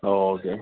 okay